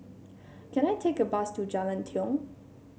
can I take a bus to Jalan Tiong